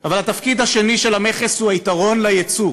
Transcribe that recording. אבל התפקיד השני של המכס הוא היתרון ליצוא,